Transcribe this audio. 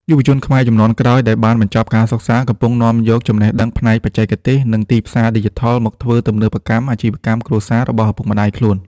យុវជនខ្មែរជំនាន់ក្រោយដែលបានបញ្ចប់ការសិក្សា កំពុងនាំយកចំណេះដឹងផ្នែកបច្ចេកវិទ្យា និងទីផ្សារឌីជីថលមកធ្វើទំនើបកម្មអាជីវកម្មគ្រួសាររបស់ឪពុកម្ដាយខ្លួន។